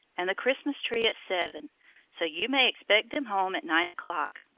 and the christmas tree at seven so you may expect them home at nine o'clock.